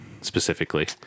specifically